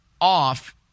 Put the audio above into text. off